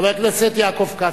חבר הכנסת יעקב כץ,